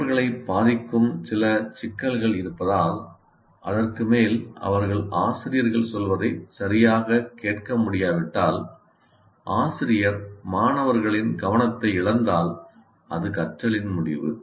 மாணவர்களைப் பாதிக்கும் பல சிக்கல்கள் இருப்பதால் அதற்கு மேல் அவர்கள் ஆசிரியர்கள் சொல்வதை சரியாகக் கேட்க முடியாவிட்டால் ஆசிரியர் மாணவர்களின் கவனத்தை இழந்தால் அது கற்றலின் முடிவு